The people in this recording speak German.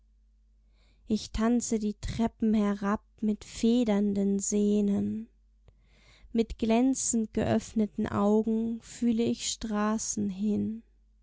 ich tanze die treppen herab mit federnden sehnen mit glänzend geöffneten augen fühle ich straßen hin